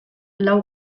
lau